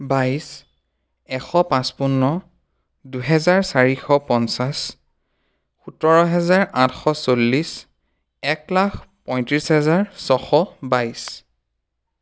বাইছ এশ পঁচপন্ন দুহেজাৰ চাৰিশ পঞ্চাছ সোঁতৰ হেজাৰ আঠশ চল্লিছ এক লাখ পঁয়ত্ৰিছ হেজাৰ ছশ বাইছ